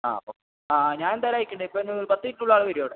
ആ ഓക്കെ ആ ഞാൻ എന്തായാലും അയയ്ക്കാം ദേ ഇപ്പോൾ ഒരു പത്ത് മിനിട്ടിനുള്ളിൽ ആൾ വരും അവിടെ